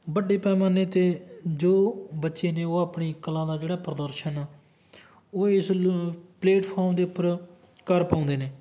ਵੱਡੇ ਪੈਮਾਨੇ 'ਤੇ ਜੋ ਬੱਚੇ ਨੇ ਉਹ ਆਪਣੀ ਕਲਾ ਦਾ ਜਿਹੜਾ ਪ੍ਰਦਰਸ਼ਨ ਉਹ ਇਸਲ ਪਲੇਟਫੋਰਮ ਦੇ ਉੱਪਰ ਕਰ ਪਾਉਂਦੇ ਨੇ